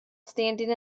standing